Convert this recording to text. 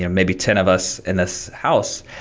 yeah maybe ten of us in this house,